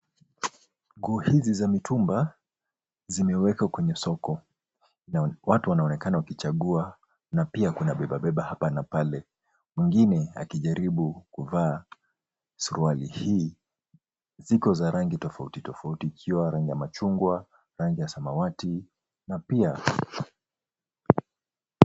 Nguo hizi za mitumba zimewekwa kwenye soko na watu wanaonekana wakichagua na pia kuna bebabeba hapa na pale. Mwingine akijaribu kuvaa suruali hii. Ziko za rangi tofauti tofauti ikiwa rangi ya machungwa, rangi ya samawati na pia.